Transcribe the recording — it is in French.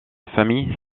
famille